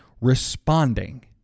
Responding